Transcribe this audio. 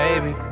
Baby